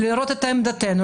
לראות את עמדתנו,